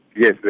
Yes